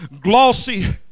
glossy